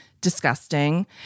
disgusting